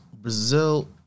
brazil